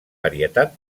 varietat